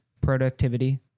productivity